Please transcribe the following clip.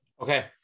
Okay